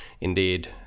indeed